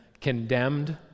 condemned